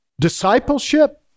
Discipleship